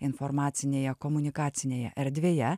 informacinėje komunikacinėje erdvėje